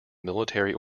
military